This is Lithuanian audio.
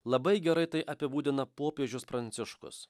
labai gerai tai apibūdina popiežius pranciškus